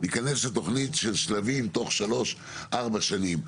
ניכנס לתוכנית של שלבים תוך שלוש-ארבע שנים.